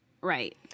right